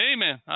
Amen